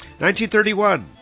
1931